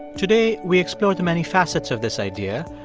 today, we explore the many facets of this idea.